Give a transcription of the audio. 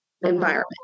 environment